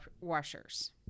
washers